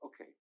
okay